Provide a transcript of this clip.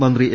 മന്ത്രി എ